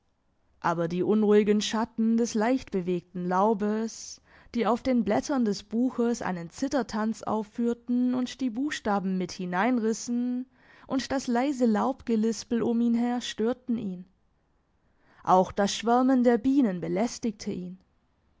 aber die unruhigen schatten des leicht bewegten laubes die auf den blättern des buches einen zittertanz aufführten und die buchstaben mit hineinrissen und das leise laubgelispel um ihn her störten ihn auch das schwärmen der bienen belästigte ihn